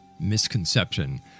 misconception